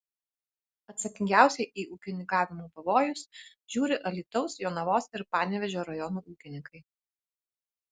atsakingiausiai į ūkininkavimo pavojus žiūri alytaus jonavos ir panevėžio rajonų ūkininkai